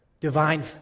divine